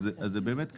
אז זה באמת ככה.